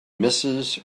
mrs